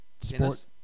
sport